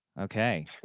Okay